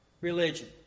religion